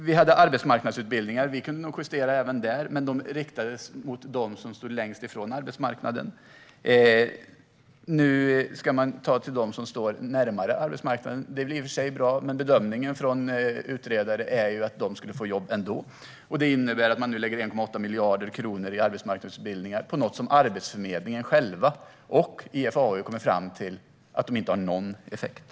Vi införde arbetsmarknadsutbildningar som väl kunde ha justerats, men de riktades mot dem som stod längst ifrån arbetsmarknaden. Nu ska man satsa på dem står närmare arbetsmarknaden. Det är i och för sig bra, men bedömningen från utredare är att de skulle få jobb ändå. Man lägger nu ned 1,8 miljarder kronor på arbetsmarknadsutbildningar. Arbetsförmedlingen själv och IFAU har kommit fram till att dessa utbildningar inte har någon effekt.